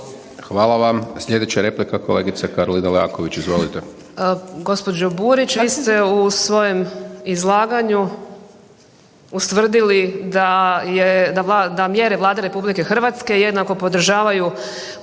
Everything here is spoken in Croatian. Hvala vam. Slijedeća replika kolegica Karolina Leaković.